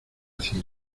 cien